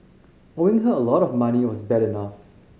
owing her a lot of money was bad enough